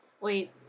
wait